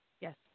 Yes